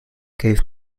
gave